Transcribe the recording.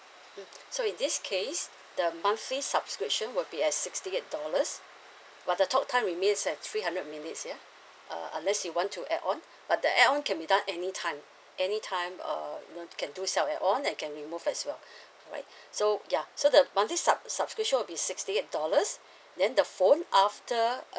mm so in this case the monthly subscription will be at sixty eight dollars but the talk time remains at three hundred minutes ya uh unless you want to add on but the add on can be done any time any time uh you know you can do some add on and can remove as well alright so ya so the monthly sub subscription will be sixty eight dollars then the phone after a